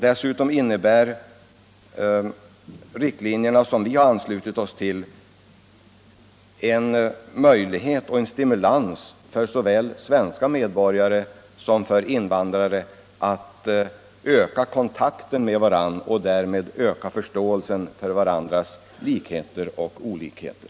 Dessutom innebär de riktlinjer som vi har anslutit oss till en möjlighet och en stimulans för såväl svenska medborgare som invandrare att öka kontakterna med varandra och därmed öka kunskapen om varandras likheter och olikheter.